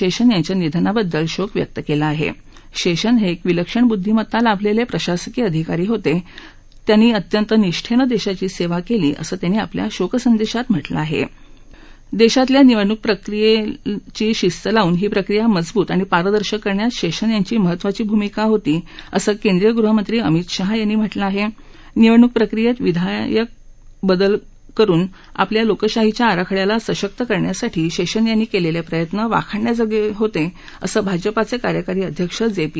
शप्तजे यांच्या निधनाबद्दल शोक व्यक्त कला आहा आध्राप्तजे हारिक विलक्षण बुद्धिमत्ता लाभलखा प्रशासकीय अधिकारी होत ज्यांनी अत्यंत निष्ठर्सीदधीची सद्यी कली असं प्रधानमंत्र्यांनी आपल्या शोकसंदधीत म्हटलं आह त्विर दधीतल्या निवडणूक प्रक्रियस्ती शिस्त लावून ही प्रक्रिया मजबूत आणि पारदर्शक करण्यात शाज्ञ यांची महत्त्वाची भूमिका होती असं केंद्रीय गृहमंत्री अमित शहा यांनी म्हटलं आह निवडणूक प्रक्रियत विधायक बदल आणून आपल्या लोकशाहीच्या आराखड्याला सशक्त करण्यासाठी शाज्जि यांनी कलिस्ट प्रियत्न वाखाणण्याजोग हीत असं भाजपाच क्रियकारी अध्यक्ष जा सी